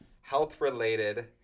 health-related